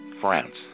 France